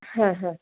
হ্যাঁ হ্যাঁ